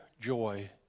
joy